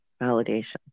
validation